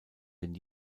den